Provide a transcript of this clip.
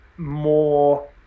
more